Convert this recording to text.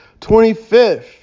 25th